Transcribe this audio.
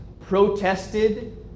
protested